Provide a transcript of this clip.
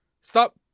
Stop